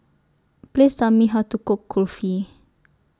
Please Tell Me How to Cook Kulfi